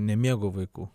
nemėgo vaikų